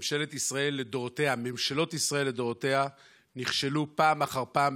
ממשלות ישראל לדורותיהן נכשלו פעם אחר פעם,